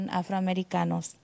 afroamericanos